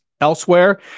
elsewhere